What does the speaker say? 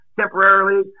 temporarily